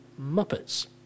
Muppets